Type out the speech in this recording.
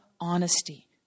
honesty